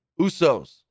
Usos